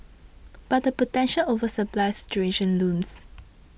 but a potential oversupply situation looms